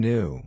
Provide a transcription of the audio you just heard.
New